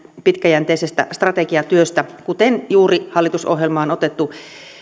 pitkäjänteisestä strategiatyöstä kuten juuri hallitusohjelmaan otettu